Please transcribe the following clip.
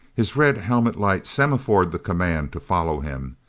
his red helmet light semaphored the command to follow him.